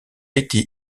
été